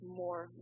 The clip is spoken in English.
more